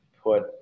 put